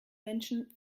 menschen